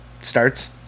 starts